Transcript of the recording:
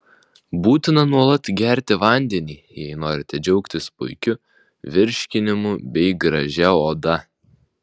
būtina nuolat gerti vandenį jei norite džiaugtis puikiu virškinimu bei gražia oda